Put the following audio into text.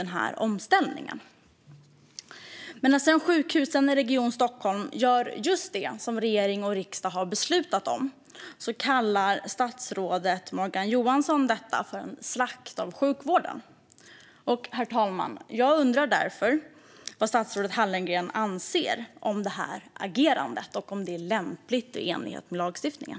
När sedan sjukhusen i Region Stockholm gör just det som regering och riksdag har beslutat om kallar statsrådet Morgan Johansson detta för en slakt av sjukvården. Herr talman, jag undrar vad statsrådet Hallengren anser om detta agerande och om det är lämpligt med hänsyn till lagstiftningen.